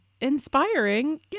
inspiring